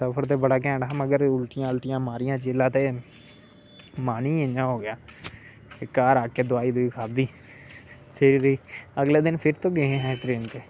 सफर दा बडा घैंट हा मगर उलटियां मारियां जिसलेै ते मन ही इयां हो गेआ ते फिह् घार आके दवाई खाद्धी फिर बी अगले दिन फिट